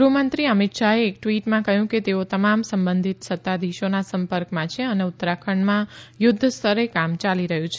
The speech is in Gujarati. ગૃહ્મંત્રી અમિત શાહે એક ટ્વીટમાં કહ્યું કે તેઓ તમામ સંબંધિત સત્તાધીશોના સંપર્કમાં છે અને ઉત્તરાખંડમાં યુધ્ધ સ્તરે કામ ચાલી રહ્યું છે